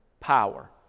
power